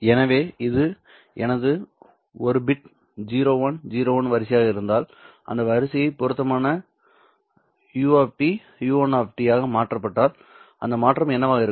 எனவே இது எனது ஒரு பிட் 0 1 0 1 வரிசையாக இருந்தால் இந்த வரிசை பொருத்தமான u1 ஆக மாற்றப்பட்டால் அந்த மாற்றம் என்னவாக இருக்கும்